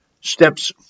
Steps